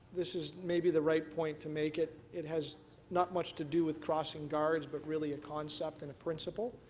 this is maybe the right point to make it. it has not much to do with crossing guards but really a concept and a principle.